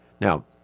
Now